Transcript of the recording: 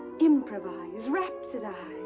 improvise, rhapsodize.